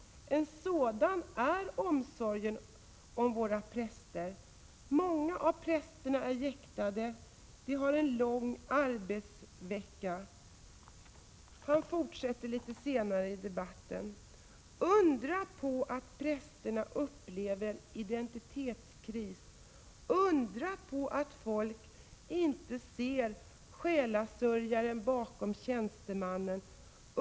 Ett sådant är omsorgen om våra präster. Många av prästerna är jäktade, de har en lång arbetsvecka.” Han fortsätter litet längre fram: ”Undra på att prästerna upplever en identitetskris! Undra på att folk inte ser själasörjaren bakom tjänstemannen!